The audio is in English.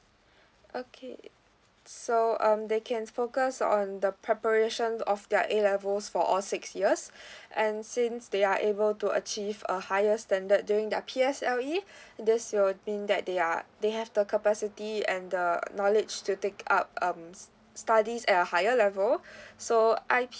okay so um they can focus on the preparation of their A levels for all six years and since they are able to achieve a higher standard during their P_S_L_E this they will think that they are they have the capacity and the knowledge to take out um studies at a higher level so I_P